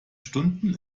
stunden